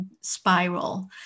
spiral